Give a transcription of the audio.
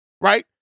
right